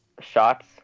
shots